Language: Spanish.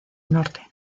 norte